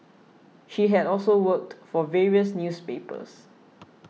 she had also worked for various newspapers